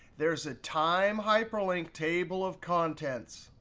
there's a time hyperlink table of contents.